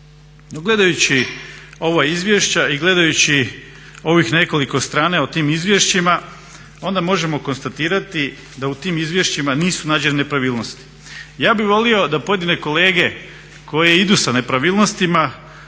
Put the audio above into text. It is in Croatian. gledajući ova izvješća i gledajući ovih nekoliko strana o tim izvješćima onda možemo konstatirati da u tim izvješćima nisu nađene nepravilnosti. Ja bih volio da pojedine kolege koje idu sa nepravilnostima